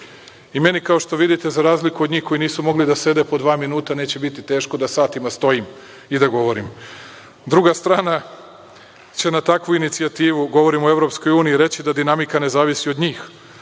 kao što vidite, za razliku od njih koji nisu mogli da sede po dva minuta, neće biti teško da satima stojim i govorim. Druga strana će na takvu inicijativu, govorim o EU, reći da dinamika ne zavisi od njih,